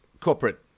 corporate